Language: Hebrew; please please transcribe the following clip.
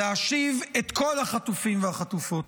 להשיב את כל החטופים והחטופות.